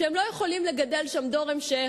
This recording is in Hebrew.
והם לא יכולים לגדל שם דור המשך,